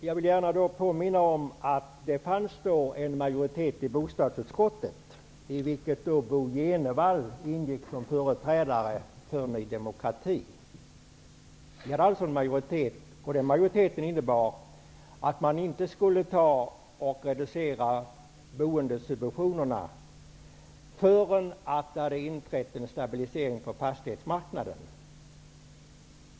Jag vill gärna påminna om att det i bostadsutskottet fanns en majoritet, i vilken Bo G Jenevall ingick som företrädare för Ny demokrati. Det var alltså en majoritet som menade att man inte skulle reducera bostadssubventionerna förrän en stabilisering inträtt på fastighetsmarknaden.